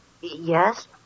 Yes